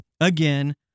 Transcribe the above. again